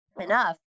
enough